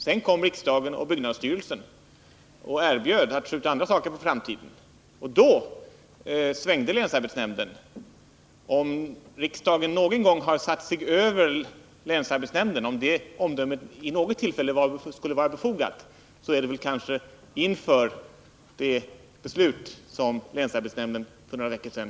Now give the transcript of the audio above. Sedan kom riksdagen och byggnadsstyrelsen med erbjudandet att skjuta andra saker på framtiden, och då svängde länsarbetsnämnden. Om det vid något tillfälle skulle vara befogat att fälla omdömet att riksdagen satt sig över länsarbetsnämnden, så är det väl inför det beslut som länsarbetsnämnden fattade för några veckor sedan.